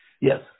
yes